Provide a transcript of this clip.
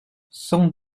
cent